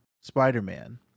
Spider-Man